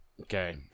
Okay